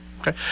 Okay